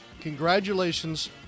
Congratulations